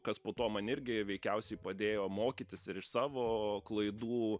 kas po to man irgi veikiausiai padėjo mokytis ir iš savo klaidų